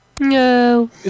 No